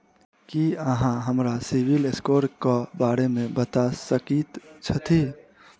की अहाँ हमरा CIBIL score क बारे मे बता सकइत छथि?